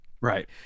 Right